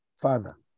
Father